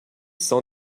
sans